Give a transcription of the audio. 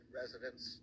residents